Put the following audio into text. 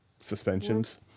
Suspensions